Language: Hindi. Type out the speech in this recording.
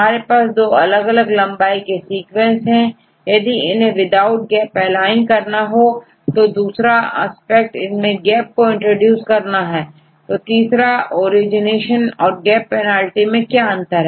हमारे पास दो अलग लंबाई के सीक्वेंस और यदि इन्हें विदाउट गैप एलाइन करना हो और दूसरा एस्पेक्ट इनमें गैप को इंट्रोड्यूस करना हो तीसरा ओरिजिनेशन और गैप पेनाल्टी मैं क्या अंतर है